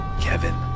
Kevin